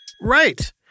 right